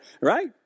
Right